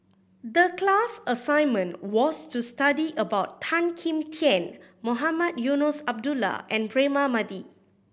the class assignment was to study about Tan Kim Tian Mohamed Eunos Abdullah and Braema Mathi